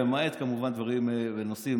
למעט כמובן דברים ונושאים,